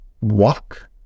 walk